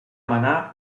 manar